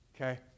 Okay